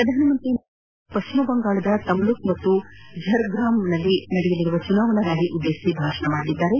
ಪ್ರಧಾನಮಂತ್ರಿ ನರೇಂದ್ರ ಮೋದಿ ಇಂದು ಪಶ್ಚಿಮ ಬಂಗಾಳದ ತಮ್ಲುಕ್ ಮತ್ತು ಝರಗ್ರಾಮ್ಗಳಲ್ಲಿ ನಡೆಯಲಿರುವ ಚುನಾವಣಾ ರ್ಯಾಲಿ ಉದ್ದೇಶಿಸಿ ಭಾಷಣ ಮಾಡಲಿದ್ದಾರೆ